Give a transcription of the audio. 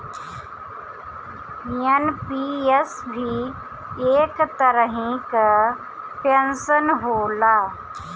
NPS भी एक तरही कअ पेंशन होला